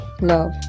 Love